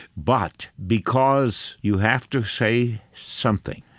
but because you have to say something,